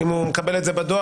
אם הוא מקבל את זה בדואר,